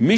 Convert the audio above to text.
מי